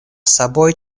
собой